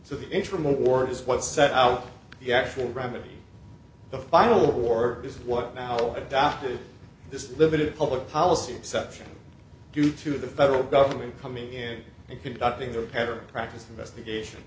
so the interim award is what set out the actual remedy the final war is what now adopted this limited public policy exception due to the federal government coming in and conducting the parent practice investigation